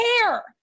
care